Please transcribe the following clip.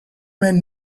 man